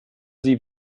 sie